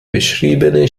beschriebene